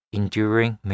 enduring